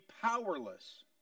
powerless